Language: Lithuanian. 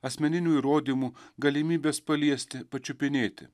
asmeninių įrodymų galimybės paliesti pačiupinėti